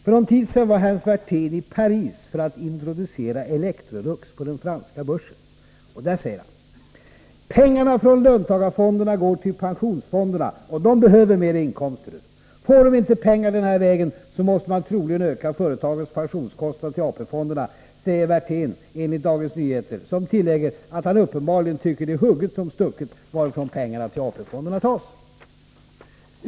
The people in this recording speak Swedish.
För någon tid sedan var Hans Werthén i Paris för att introducera Electrolux på den franska börsen. ”Pengarna från löntagarfonderna går till pensionsfonderna, och de behöver mer inkomster. Får de inte pengar den här vägen, måste man troligen öka företagens pensionskostnad till AP fonderna”, säger Werthén enligt Dagens Nyheter, som tillägger att han uppenbarligen tycker det är hugget som stucket varifrån pengarna till AP-fonderna tas.